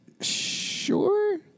Sure